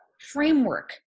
framework